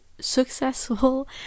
successful